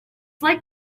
like